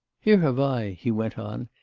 here have i he went on,